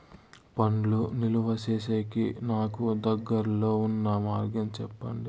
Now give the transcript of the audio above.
పండ్లు నిలువ సేసేకి నాకు దగ్గర్లో ఉన్న మార్గం చెప్పండి?